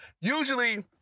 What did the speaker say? usually